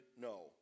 No